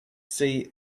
see